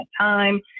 time